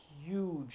huge